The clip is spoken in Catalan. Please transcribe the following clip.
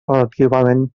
relativament